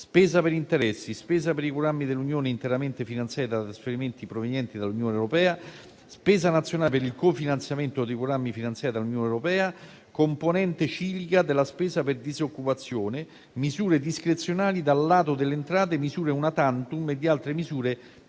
spesa per interessi; spesa per i programmi dell'Unione interamente finanziati da trasferimenti provenienti dall'Unione europea; spesa nazionale per il cofinanziamento dei programmi finanziati dall'Unione europea; componente ciclica della spesa per disoccupazione; misure discrezionali dal lato delle entrate; misure *una tantum* e altre misure